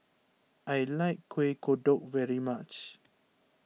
I like Kuih Kodok very much